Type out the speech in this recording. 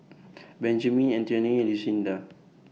Benjamine Antionette and Lucinda